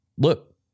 Look